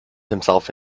himself